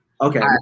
Okay